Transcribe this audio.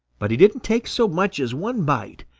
but he didn't take so much as one bite.